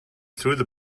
through